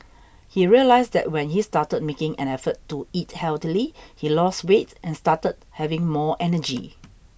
he realised that when he started making an effort to eat healthily he lost weight and started having more energy